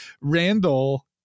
Randall